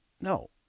no